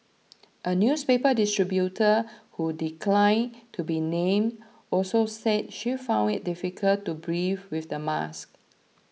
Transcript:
a newspaper distributor who declined to be named also said she found it difficult to breathe with the mask